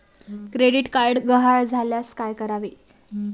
Credit card गहाळ झाल्यास काय करावे?